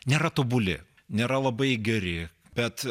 nėra tobuli nėra labai geri bet